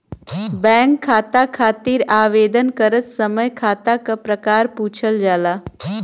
bank खाता खातिर आवेदन करत समय खाता क प्रकार पूछल जाला